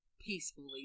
peacefully